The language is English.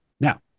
Now